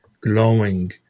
glowing